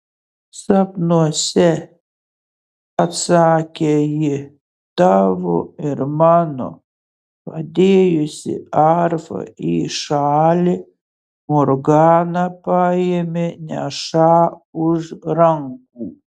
sapnuose atsakė ji tavo ir mano padėjusi arfą į šalį morgana paėmė nešą už rankų